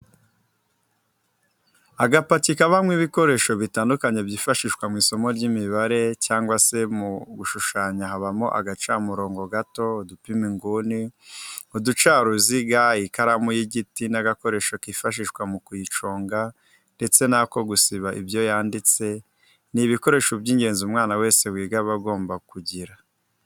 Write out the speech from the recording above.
Agapaki kabamo ibikoresho bitandukanye byifashishwa mw'isomo ry'imibare cyangwa se mu gushushanya habamo agacamurobo gato, udupima inguni, uducaruziga ,ikaramu y'igiti n'agakoresho kifashishwa mu kuyiconga ndetse n'ako gusiba ibyo yanditse, ni ibikoresho by'ingenzi umwana wese wiga aba agomba kugira.